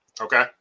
Okay